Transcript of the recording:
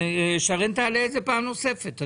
ושרן תעלה את זה פעם נוספת.